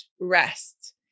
rest